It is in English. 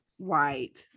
Right